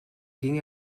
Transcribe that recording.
ging